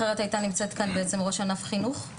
אחרת היתה נמצאת כאן בעצם ראש ענף חינוך,